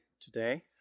today